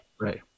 Right